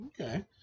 Okay